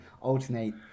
alternate